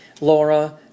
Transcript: Laura